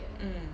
mm